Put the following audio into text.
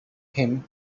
him